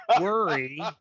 worry